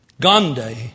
Gandhi